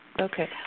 Okay